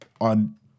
On